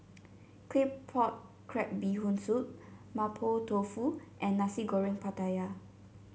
Claypot Crab Bee Hoon Soup Mapo Tofu and Nasi Goreng Pattaya